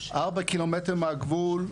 ארבעה קילומטרים מהגבול,